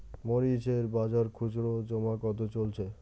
মরিচ এর বাজার খুচরো ও জমা কত চলছে?